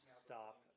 stop